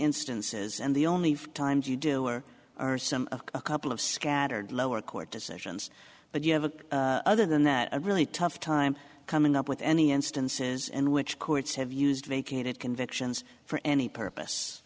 instances and the only times you do or are some of a couple of scattered lower court decisions but you have a other than that a really tough time coming up with any instances in which courts have used vacated convictions for any purpose